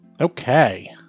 Okay